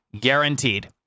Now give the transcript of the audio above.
guaranteed